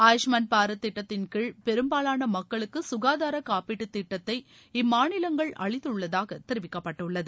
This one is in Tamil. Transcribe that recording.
ஆயுஷ்மான் பாரத் திட்டத்தின் கீழ் பெரும்பாவாள மக்களுக்கு சுகாதார காப்பீட்டு திட்டத்தை இம்மாநிலங்கள் அளித்துள்ளதாக தெரிவிக்கப்பட்டுள்ளது